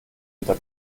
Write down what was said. unter